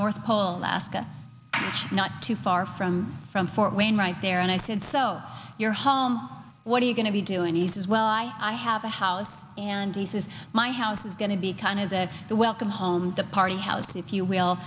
north pole alaska not too far from from fort wayne right there and i said so you're home what are you going to be doing he's well i i have a house and he says my house is going to be kind of that the welcome home party house if you will